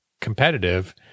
competitive